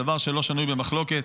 זה דבר שלא שנוי במחלוקת.